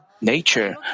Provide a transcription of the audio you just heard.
nature